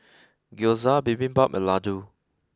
Gyoza Bibimbap and Ladoo